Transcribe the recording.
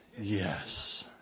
Yes